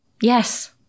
Yes